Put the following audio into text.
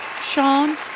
Sean